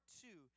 two